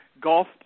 golf